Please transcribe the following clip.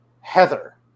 Heather